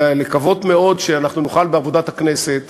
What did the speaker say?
ולקוות מאוד שאנחנו נוכל בעבודת הכנסת